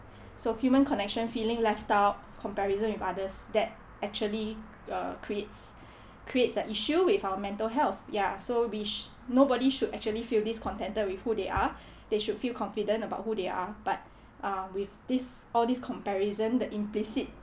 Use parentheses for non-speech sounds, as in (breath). (breath) so human connection feeling left out comparison with others that actually uh creates (breath) creates a issue with our mental health ya so would be s~ nobody should actually feel discontented with who they are (breath) they should feel confident about who they are but (breath) um with this all this comparison the implicit